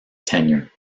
tenure